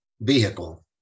vehicle